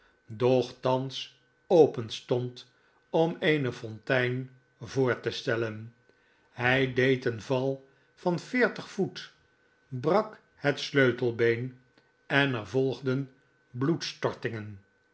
doch thans openstond om eene fontein voor te stellen hij deed een val van voet brak het sleutelbeen en er volgden